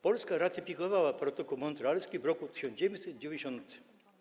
Polska ratyfikowała protokół montrealski w roku 1990.